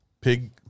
Pig